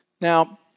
Now